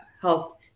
health